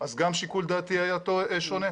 אז גם שיקול דעתי היה שונה?